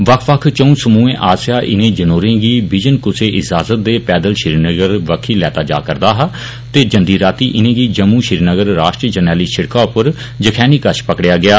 बक्ख बक्ख चाऊ समूहें आस्सैआ इनें जनौरें गी बिजन कूसै इज़ाजत दे पैदल श्रीनगर बक्खी लैता जा रदा हा ते जंदी राती इनें गी जम्मू श्रीनगर राष्ट्रीय जरनैली शिड़का पर जखेनी कच्छ पकड़ेआ गेआ